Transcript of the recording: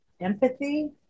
empathy